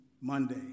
Monday